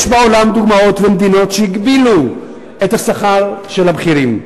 יש בעולם דוגמאות למדינות שהגבילו את שכר הבכירים.